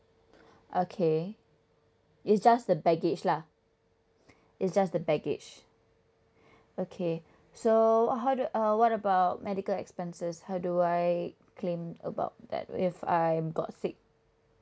okay it's just the baggage lah it's just the baggage okay so uh how do um what about medical expenses how do I claim about that if I got sick